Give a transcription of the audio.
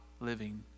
living